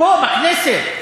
פה בכנסת.